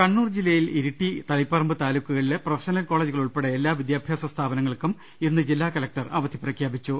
കണ്ണൂർ ജില്ലയിൽ ഇരിട്ടി തളിപ്പറമ്പ് താലൂക്കുകളിലെ professional കോളജുകൾ ഉൾപ്പെടെ എല്ലാ വിദ്യാഭ്യാസ സ്ഥാപന ങ്ങൾക്കും ഇന്ന് ജില്ലാകലക്ടർ അവധി പ്രഖ്യാപിച്ചു